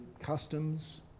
Customs